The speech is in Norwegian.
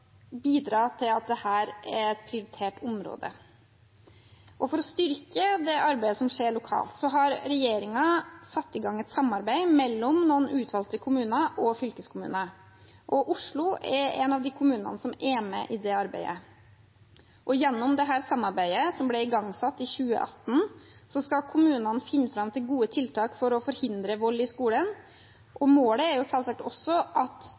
bidra til at dette er et prioritert område. For å styrke det arbeidet som skjer lokalt, har regjeringen satt i gang et samarbeid mellom noen utvalgte kommuner og fylkeskommuner, og Oslo er én av kommunene som er med i det arbeidet. Gjennom dette samarbeidet, som ble igangsatt i 2018, skal kommunene finne fram til gode tiltak for å forhindre vold i skolen. Målet er selvsagt også at